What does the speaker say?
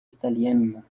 italienne